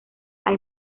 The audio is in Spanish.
hay